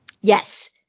Yes